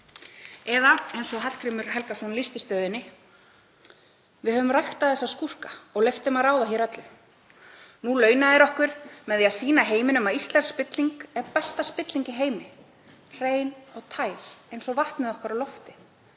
eða eins og Hallgrímur Helgason lýsti stöðunni: „Við höfum ræktað þessa skúrka og leyft þeim að ráða hér öllu. Nú launa þeir okkur með því að sýna heiminum að íslensk spilling er besta spilling í heimi, hrein og tær eins og vatnið okkar og loftið.